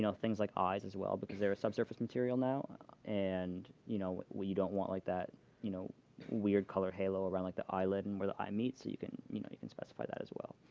things like eyes as well because they're subsurface material now and, you know we don't want like that you know weird color halo around like the eye lid and where the eye meet. so you can you know you can specify that as well.